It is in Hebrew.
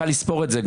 גם קל לספור את זה.